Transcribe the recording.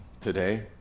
today